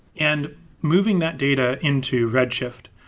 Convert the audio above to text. and moving that data into redshift,